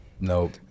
nope